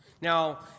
Now